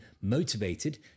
motivated